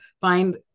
find